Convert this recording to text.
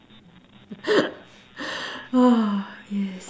!aww!